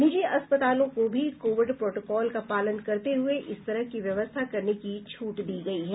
निजी अस्पतालों को भी कोविड प्रोटोकॉल का पालन करते हुए इस तरह की व्यवस्था करने की छूट दी गयी है